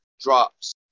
drops